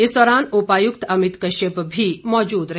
इस दौरान उपायुक्त अमित कश्यप भी मौजूद रहे